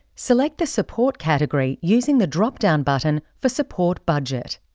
select the support category using the dropdown button for support budget.